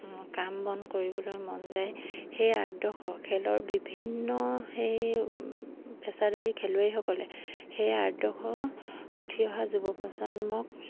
কাম বন কৰিবলৈ মন যায় সেই আদৰ্শ খেলৰ বিভিন্ন সেই পেছাদাৰী খেলুৱৈসকলে সেই আদৰ্শ উঠি অহা যুৱ প্ৰ্ৰজন্মক